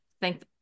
Thank